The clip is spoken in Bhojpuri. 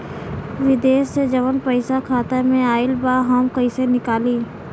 विदेश से जवन पैसा खाता में आईल बा हम कईसे निकाली?